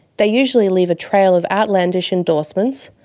they usually leave a trail of outlandish endorsements,